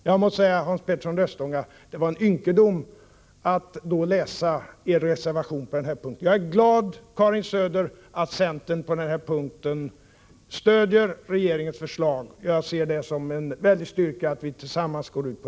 Jag måste säga, Hans Petersson i Röstånga, att det känns ynkligt att läsa er reservation på den här punkten. Och jag är glad, Karin Söder, att centern stödjer regeringens förslag i det här avseendet. Jag ser det som en styrka att vi kan gå tillsammans här.